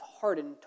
hardened